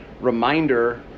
reminder